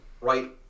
right